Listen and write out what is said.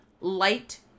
light